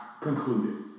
concluded